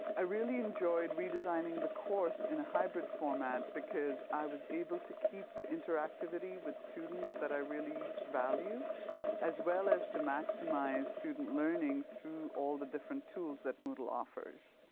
i really enjoyed redesigning the course in a hybrid format because i was able to keep the interactivity with students that i really value as well as to maximize student learning through all the different tools that moodle offers.